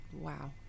Wow